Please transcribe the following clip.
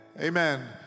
Amen